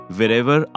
Wherever